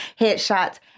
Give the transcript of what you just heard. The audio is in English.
headshots